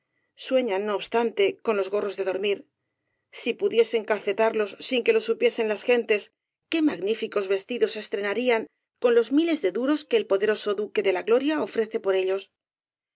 sueñan no obstante con los gorros de dormir si pudiesen calcetarlos sin que lo supiesen las gentes qué magníficos vestidos estrenarían con los miles de duros que el poderoso duque de la gloria ofrece por ellos he